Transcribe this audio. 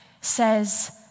says